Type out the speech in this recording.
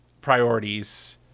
priorities